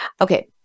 Okay